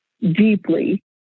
deeply